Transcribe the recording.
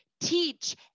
teach